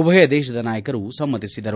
ಉಭಯ ದೇಶದ ನಾಯಕರು ಸಮ್ಮತಿಸಿದರು